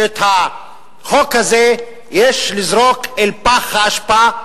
שאת החוק הזה יש לזרוק אל פח האשפה.